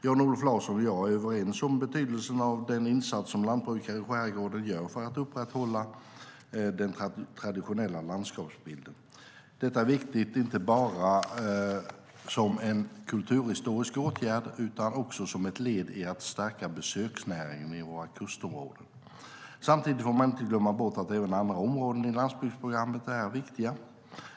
Jan-Olof Larsson och jag är överens om betydelsen av den insats som lantbrukare i skärgården gör för att upprätthålla den traditionella landskapsbilden. Detta är viktigt inte bara som en kulturhistorisk åtgärd utan också som ett led i att stärka besöksnäringen i våra kustområden. Samtidigt får man inte glömma bort att även andra områden i landsbygdsprogrammet är viktiga.